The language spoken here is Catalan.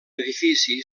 edifici